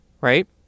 right